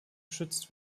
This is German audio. geschützt